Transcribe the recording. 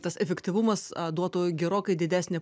tas efektyvumas duotų gerokai didesnį